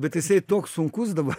bet jisai toks sunkus dabar